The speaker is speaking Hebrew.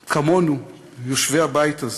כמונו, יושבי הבית הזה,